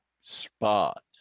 spot